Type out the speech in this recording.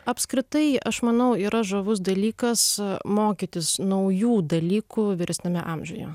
apskritai aš manau yra žavus dalykas mokytis naujų dalykų vyresniame amžiuje